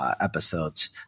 Episodes